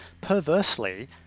Perversely